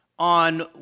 on